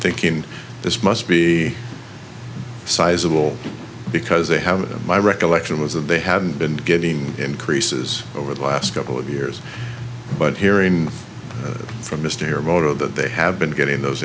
thinking this must be sizable because they have my recollection was that they had been getting increases over the last couple of years but hearing from mr moto that they have been getting those